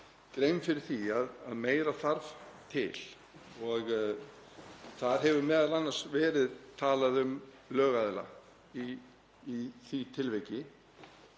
grein fyrir því að meira þarf til og það hefur m.a. verið talað um lögaðila í því tilviki.